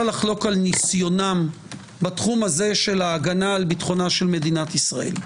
לחלוק על ניסיונם בתחום של הגנה על ביטחונה של מדינת ישראל.